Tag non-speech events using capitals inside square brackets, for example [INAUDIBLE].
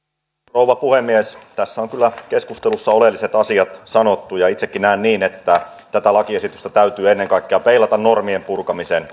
rouva puhemies tässä on kyllä keskustelussa oleelliset asiat sanottu ja itsekin näen niin että tätä lakiesitystä täytyy ennen kaikkea peilata normien purkamisen [UNINTELLIGIBLE]